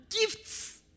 Gifts